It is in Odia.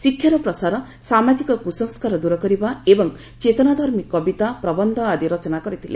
ଶିକ୍ଷାର ପ୍ରସାର ସାମାଜିକ କୁସଂସ୍କାର ଦୂର କରିବା ଏବଂ ଚେତନାଧର୍ମୀ କବିତା ପ୍ରବନ୍ଧ ଆଦି ରଚନା କରିଥିଲେ